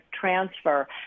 transfer